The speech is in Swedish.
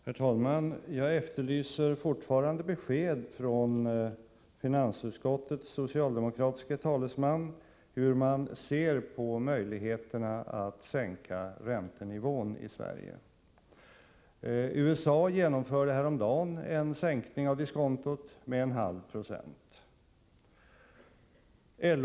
Herr talman! Jag efterlyser fortfarande besked från finansutskottets socialdemokratiske talesman om hur man ser på möjligheterna att sänka räntenivån i Sverige. I USA genomfördes häromdagen en sänkning av diskontot med 0,5 26.